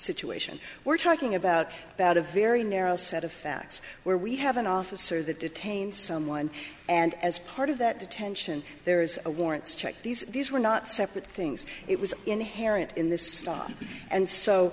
situation we're talking about about a very narrow set of facts where we have an officer that detain someone and as part of that detention there is a warrant check these these were not separate things it was inherent in this stop and so